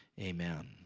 Amen